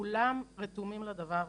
כולם רתומים לדבר הזה.